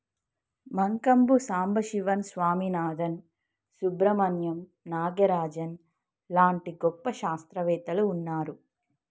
మంకంబు సంబశివన్ స్వామినాధన్, సుబ్రమణ్యం నాగరాజన్ లాంటి గొప్ప శాస్త్రవేత్తలు వున్నారు